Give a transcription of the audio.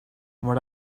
what